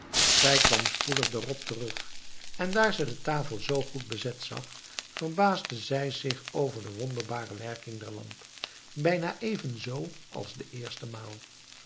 zij kwam spoedig daarop terug en daar ze de tafel zoo goed bezet zag verbaasde zij zich over de wonderbare werking der lamp bijna evenzoo als de eerste maal